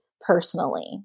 personally